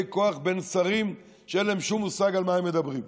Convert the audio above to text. כוח בין שרים שאין להם שום מושג על מה הם מדברים.